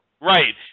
Right